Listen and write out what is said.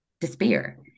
despair